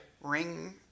Ring